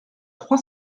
trois